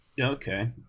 okay